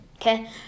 Okay